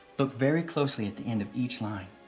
look very closely at the end of each line.